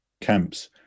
camps